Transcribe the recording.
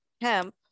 Hemp